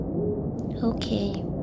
Okay